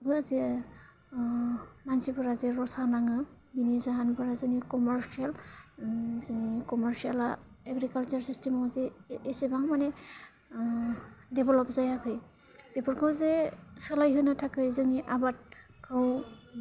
बो जे मानसिफ्रा जे रसा नाङो बिनि जाहोनफोरा जोंनि कमारसिएल जोंनि कमारसिएलआ एग्रिकालसार सिस्टेमाव जे एसेबां माने डेभ्लप जायाखै बेफोरखौ जे सोलायहोनो थाखाय जोंनि आबादखौ